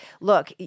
look